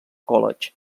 college